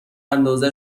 انداز